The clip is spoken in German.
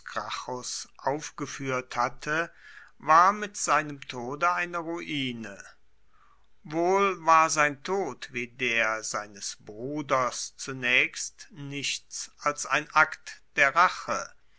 aufgeführt hatte war mit seinem tode eine ruine wohl war sein tod wie der seines bruders zunächst nichts als ein akt der rache